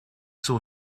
son